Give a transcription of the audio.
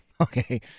Okay